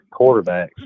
quarterbacks